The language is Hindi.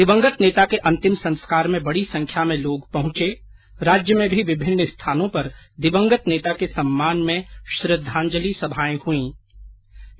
दिवंगत नेता के अंतिम संस्कार में बडी संख्या में लोग पहुंचे राज्य में भी विभिन्न स्थानों पर दिवगंत नेता के सम्मान में श्रद्धांजलि सभाएं हुई थी